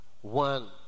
one